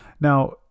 Now